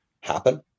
happen